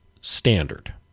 standard